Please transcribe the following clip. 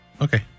Okay